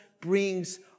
brings